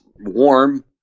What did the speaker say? warm